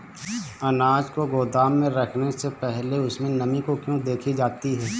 अनाज को गोदाम में रखने से पहले उसमें नमी को क्यो देखी जाती है?